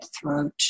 throat